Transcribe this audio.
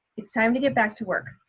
it's time to get back to work.